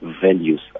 values